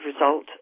result